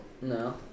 No